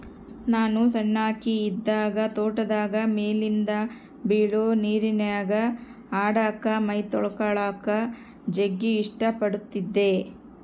ನಾನು ಸಣ್ಣಕಿ ಇದ್ದಾಗ ತೋಟದಾಗ ಮೇಲಿಂದ ಬೀಳೊ ನೀರಿನ್ಯಾಗ ಆಡಕ, ಮೈತೊಳಕಳಕ ಜಗ್ಗಿ ಇಷ್ಟ ಪಡತ್ತಿದ್ದೆ